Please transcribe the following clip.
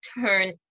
turn